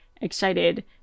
excited